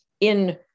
in-